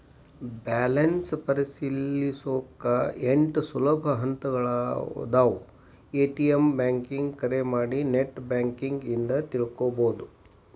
balance ಪರಿಶೇಲಿಸೊಕಾ ಎಂಟ್ ಸುಲಭ ಹಂತಗಳಾದವ ಎ.ಟಿ.ಎಂ ಬ್ಯಾಂಕಿಂಗ್ ಕರೆ ಮಾಡಿ ನೆಟ್ ಬ್ಯಾಂಕಿಂಗ್ ಇಂದ ತಿಳ್ಕೋಬೋದು